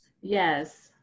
yes